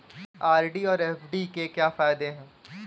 RD और FD के क्या फायदे हैं?